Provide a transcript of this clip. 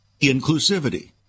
inclusivity